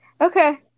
Okay